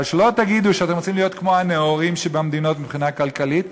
אבל אל תגידו שאתם רוצים להיות כמו הנאורות שבמדינות מבחינה כלכלית,